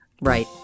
right